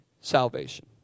salvation